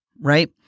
Right